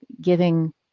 giving